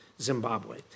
Zimbabwe